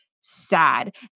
sad